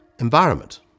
environment